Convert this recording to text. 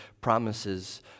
promises